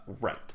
Right